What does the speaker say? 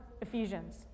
Ephesians